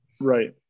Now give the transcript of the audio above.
Right